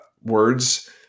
words